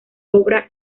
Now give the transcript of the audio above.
obra